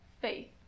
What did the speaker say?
faith